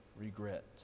regret